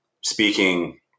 speaking